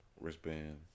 wristband